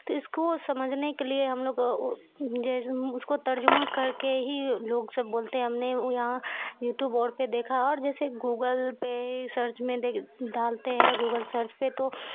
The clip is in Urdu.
تو اس کو سمجھنے کے لیے ہم لوگ جیسے اس کو ترجمہ کر کے ہی لوگ سب بولتے ہیں ہم نے یہاں یوٹیوب اور پہ دیکھا ہے اور جیسے گوگل پہ سرچ میں دیکھ ڈالتے ہیں گوگل سرچ پہ تو